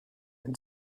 and